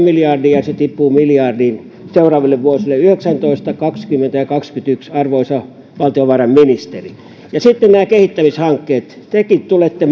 miljardia ja se tippuu miljardiin seuraaville vuosille yhdeksäntoista kaksikymmentä ja kaksikymmentäyksi arvoisa valtiovarainministeri ja sitten nämä kehittämishankkeet tekin tulette